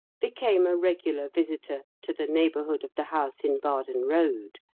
became a regular visitor to the neighbourhood of the house in bardon road.